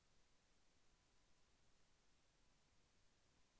ప్రధాన మంత్రి కిసాన్ యోజన పథకానికి ఎంత పొలం ఉండాలి?